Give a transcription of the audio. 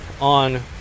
on